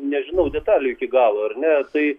nežinau detalių iki galo ar ne tai